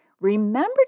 Remember